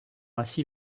ainsi